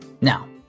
Now